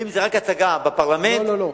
אם זו רק הצגה בפרלמנט, לא, לא.